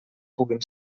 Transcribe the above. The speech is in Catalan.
puguin